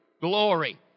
Glory